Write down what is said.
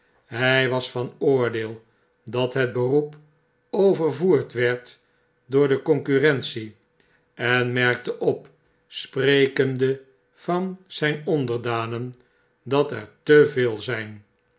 hg was van oordeel dat het beroep overvoerd werd door de concurrentie en merkte op sprekende van zgn onderdanen dat er te veel zgn